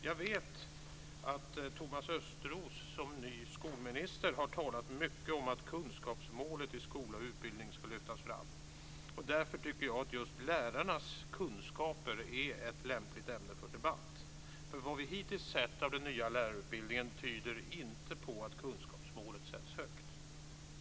Jag vet att Thomas Östros som ny skolminister har talat mycket om att kunskapsmålet i skola och utbildning ska lyftas fram, och därför tycker jag att just lärarnas kunskaper är ett lämpligt ämne för debatt. Vad vi hittills sett av den nya lärarutbildningen tyder inte på att kunskapsmålet sätts högt.